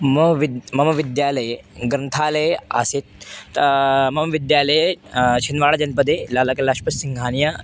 मा विद् मम विद् मम विद्यालये ग्रन्थालये आसीत् ता मम विद्यालये चिन्वाडजन्पदे लालकलाष्पत्सिङ्घानीय